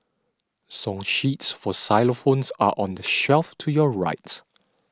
song sheets for xylophones are on the shelf to your right